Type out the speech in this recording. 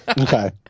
okay